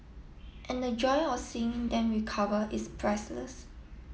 and the joy of seeing them recover is priceless